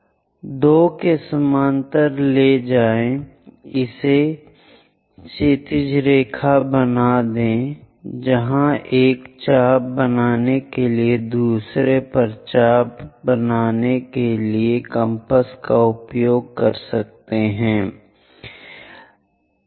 तो 2 के समानांतर ले जाएं इसे क्षैतिज रेखा पर बना दें जहां से एक चाप बनाने के लिए दूसरे पर चाप बनाने के लिए कम्पास ले रहा है यहां कहा जाता है कि एक पी 2